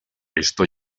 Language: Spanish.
esto